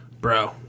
bro